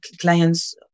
clients